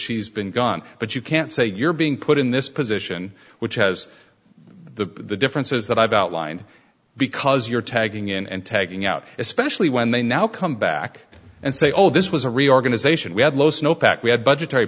she's been gone but you can't say you're being put in this position which has the differences that i've outlined because you're tagging in and taking out especially when they now come back and say oh this was a reorganization we had